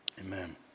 Amen